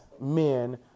men